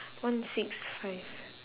one six five